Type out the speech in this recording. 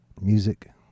Music